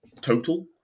total